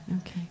okay